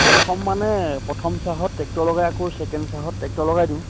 প্ৰথম মানে প্ৰথম চাহত ট্ৰেক্টৰ লগাই আকৌ ছেকেণ্ড চাহত ট্ৰেক্টৰ লগাই দিওঁ